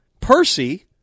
Percy